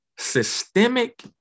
Systemic